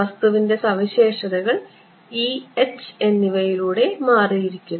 വസ്തുവിൻറെ സവിശേഷതകൾ e h എന്നിവയിലൂടെ മാറിയിരിക്കുന്നു